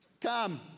Come